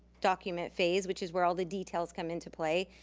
document phase, which is where all the details come into play.